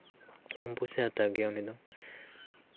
ᱠᱚᱢ ᱯᱚᱭᱥᱟᱭ ᱦᱟᱛᱟᱣ ᱜᱮᱭᱟ ᱩᱱᱤᱫᱚ